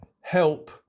help